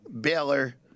Baylor